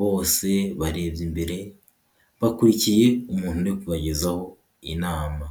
Bose barebye imbere, bakurikiye umuntu uri kubagezaho inama.